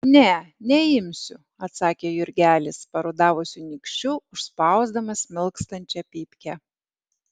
ne neimsiu atsakė jurgelis parudavusiu nykščiu užspausdamas smilkstančią pypkę